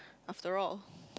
after all